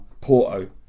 Porto